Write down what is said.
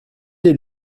est